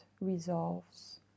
resolves